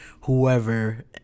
whoever